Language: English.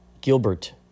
gilbert